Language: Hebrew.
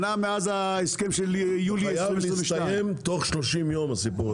שנה מאז ההסכם של יולי 2022. הסיפור הזה חייב להסתיים תוך 30 יום.